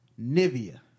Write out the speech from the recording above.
Nivea